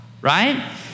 right